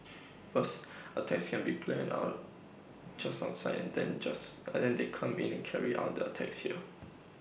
first attacks can be planned on just outside and then just and they come in and carry out the attacks here